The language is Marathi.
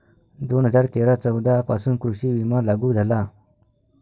दोन हजार तेरा चौदा पासून कृषी विमा लागू झाला